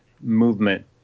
movement